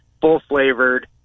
full-flavored